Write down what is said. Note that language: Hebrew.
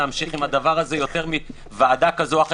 להמשיך עם הדבר הזה יותר מוועדה כזו או אחרת.